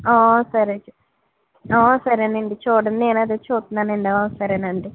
సరే సరేనండి చూడండి నేను అదే చూస్తున్నానండి సరేనండి